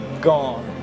gone